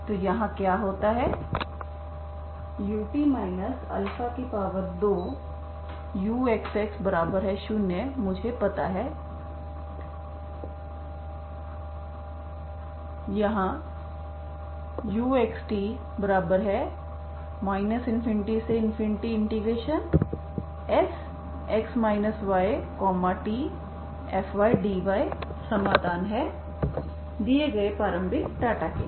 तो यहाँ क्या होता हैut 2uxx0 मुझे पता है यहाँ uxt ∞Sx ytfdy समाधान हैदिए गए प्रारंभिक डेटा के लिए